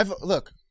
Look